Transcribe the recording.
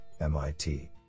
MIT